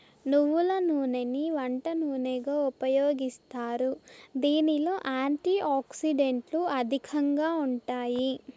నువ్వుల నూనెని వంట నూనెగా ఉపయోగిస్తారు, దీనిలో యాంటీ ఆక్సిడెంట్లు అధికంగా ఉంటాయి